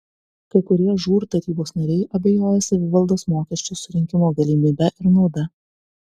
kai kurie žūr tarybos nariai abejoja savivaldos mokesčio surinkimo galimybe ir nauda